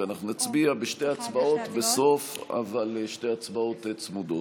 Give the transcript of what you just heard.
אנחנו נצביע בשתי הצבעות בסוף,